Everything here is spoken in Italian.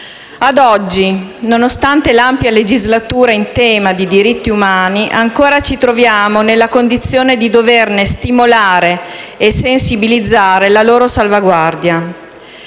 Ad oggi, nonostante l'ampia legislatura in tema di diritti umani, ancora ci troviamo nella condizione di doverne stimolare e sensibilizzare la loro salvaguardia.